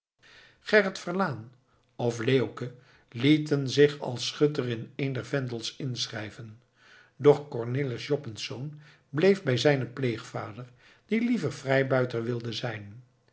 gerrit verlaen of leeuwke liet zich als schutter in een der vendels inschrijven doch cornelis joppensz bleef bij zijnen pleegvader die liever vrijbuiter wilde zijn